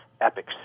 epic